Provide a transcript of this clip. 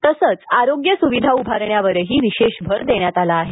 तसंच आरोग्य सुविधा उभारण्यावर विशेष भर देण्यात आला आहे